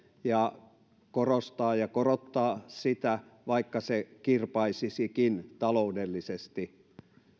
ja korostaa ja korottaa sitä vaikka se kirpaisisikin taloudellisesti